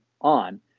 on